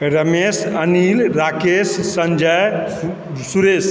Ramesh Anil Rakesh Sanjay Suresh